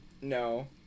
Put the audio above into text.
No